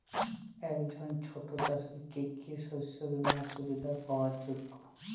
একজন ছোট চাষি কি কি শস্য বিমার সুবিধা পাওয়ার যোগ্য?